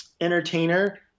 entertainer